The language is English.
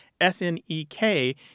S-N-E-K